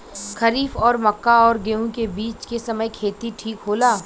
खरीफ और मक्का और गेंहू के बीच के समय खेती ठीक होला?